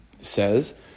says